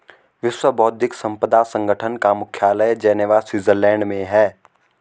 विश्व बौद्धिक संपदा संगठन का मुख्यालय जिनेवा स्विट्जरलैंड में है